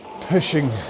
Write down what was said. pushing